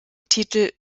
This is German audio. titel